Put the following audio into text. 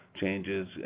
changes